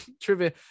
trivia